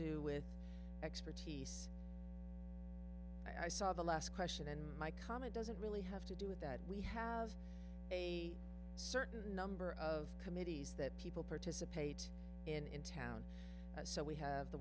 do with expertise i saw the last question in my comment doesn't really have to do with that we have a certain number of committees that people participate in in town so we have the